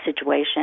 situation